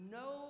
no